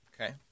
Okay